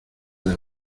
del